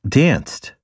danced